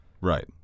Right